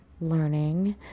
learning